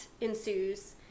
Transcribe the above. ensues